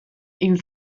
hil